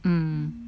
mm